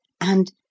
and—